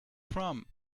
from